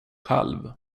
själv